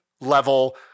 level